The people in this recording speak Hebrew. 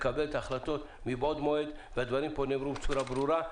לקבל את ההחלטות מבעוד מועד והדברים נאמרו פה בצורה ברורה.